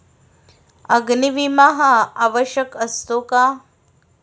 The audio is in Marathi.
अग्नी विमा हा आवश्यक असतो का?